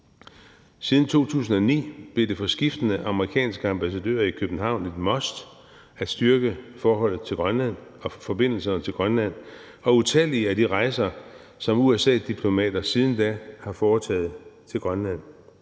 Siden 2009 blev det for skiftende amerikanske ambassadører i København et must at styrke forholdet til Grønland og forbindelserne til Grønland, og utallige er de rejser, som USA's diplomater siden da har foretaget til Grønland.